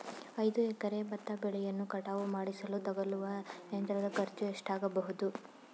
ಐದು ಎಕರೆ ಭತ್ತ ಬೆಳೆಯನ್ನು ಕಟಾವು ಮಾಡಿಸಲು ತಗಲುವ ಯಂತ್ರದ ಖರ್ಚು ಎಷ್ಟಾಗಬಹುದು?